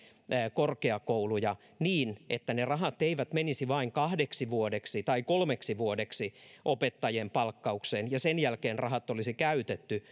korkeakouluja niin että ne rahat eivät menisi vain kahdeksi vuodeksi tai kolmeksi vuodeksi opettajien palkkaukseen ja sen jälkeen rahat olisi käytetty